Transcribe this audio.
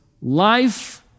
life